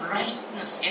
Brightness